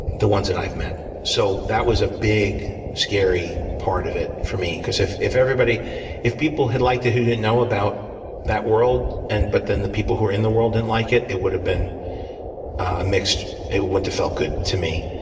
the ones that i've met. so that was a big, scary part of it for me. because if if everybody if people had liked it who didn't know about that world, and but then the people who were in the world didn't like it, it would've been a mixed it wouldn't have felt good to me.